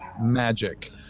magic